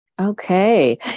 Okay